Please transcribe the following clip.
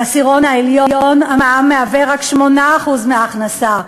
בעשירון העליון המע"מ מהווה רק 8% מההכנסה,